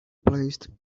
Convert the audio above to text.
placed